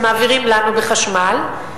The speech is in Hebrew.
שמעבירים לנו בחשמל,